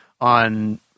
on